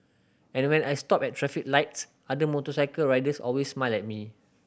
and when I stop at traffic lights other motorcycle riders always smile at me